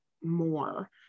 more